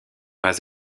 pas